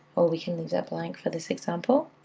or we can leave that blank for this example.